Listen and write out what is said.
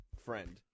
Friend